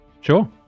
sure